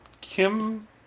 Kim